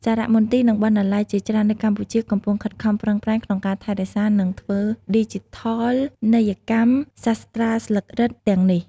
សារមន្ទីរ និងបណ្ណាល័យជាច្រើននៅកម្ពុជា កំពុងខិតខំប្រឹងប្រែងក្នុងការថែរក្សា និងធ្វើឌីជីថលនីយកម្មសាស្រ្តាស្លឹករឹតទាំងនេះ។